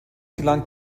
gelangt